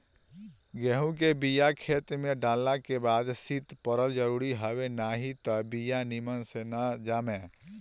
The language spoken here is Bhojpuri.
गेंहू के बिया खेते में डालल के बाद शीत पड़ल जरुरी हवे नाही त बिया निमन से ना जामे